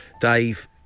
Dave